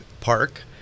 Park